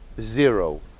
zero